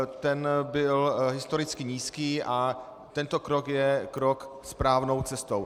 Ten byl historicky nízký a tento krok je krok správnou cestou.